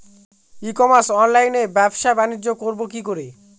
ই commerce অনলাইনে ব্যবসা বানিজ্য করব কি করে?